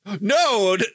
No